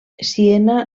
siena